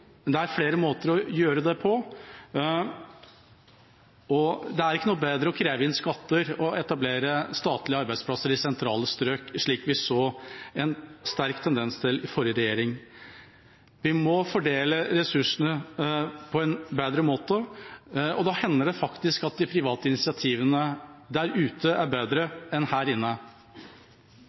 det er flere måter å gjøre det på, og det er ikke noe bedre å kreve inn skatter og etablere statlige arbeidsplasser i sentrale strøk, slik vi så en sterk tendens til i forrige regjering. Vi må fordele ressursene på en bedre måte, og da hender det faktisk at de private initiativene der ute er bedre enn her inne.